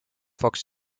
fox